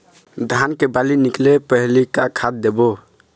धान के बाली निकले पहली का खाद देबो?